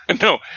No